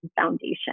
Foundation